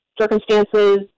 circumstances